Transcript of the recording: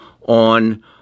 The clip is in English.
on